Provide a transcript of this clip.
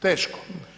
Teško.